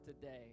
today